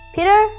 Peter